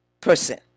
person